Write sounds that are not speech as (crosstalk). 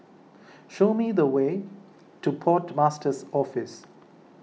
(noise) show me the way to Port Master's Office